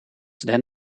then